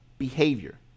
behavior